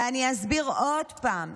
ואני אסביר עוד פעם,